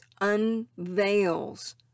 unveils